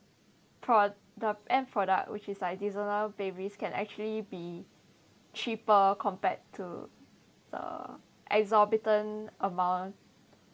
pro~ the end product which is like designer babies can actually be cheaper compared to the exorbitant amount